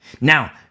Now